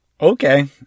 Okay